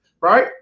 right